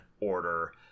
order